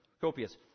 Copious